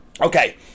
Okay